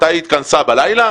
מתי היא התכנסה, בלילה?